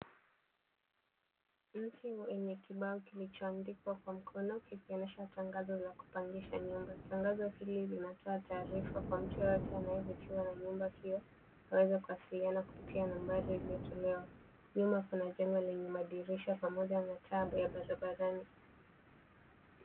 Mti mwenye kibao kilichoandikwa kwa mkono kikionyesha tangazo la kupangisha nyumba .Tangazo hili linatoa taarifa kwa mtu yeyote anayevutiwa na nyumba hio aweze kuwasiliana kupitia nambari iliyotelewa. Nyuma kuna jengo lenye madirisha pamoja na taa ya barabarani.